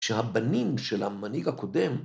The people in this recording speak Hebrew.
‫שהבנים של המנהיג הקודם